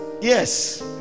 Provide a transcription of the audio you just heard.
yes